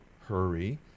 hurry